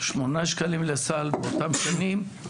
שמונה שקלים לסל באותן שנים,